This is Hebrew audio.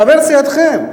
חבר סיעתכם.